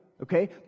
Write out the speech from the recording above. Okay